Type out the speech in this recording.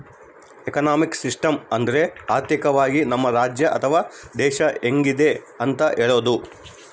economic system ಅಂದ್ರ ಆರ್ಥಿಕವಾಗಿ ನಮ್ ರಾಜ್ಯ ಅಥವಾ ದೇಶ ಹೆಂಗಿದೆ ಅಂತ ಹೇಳೋದು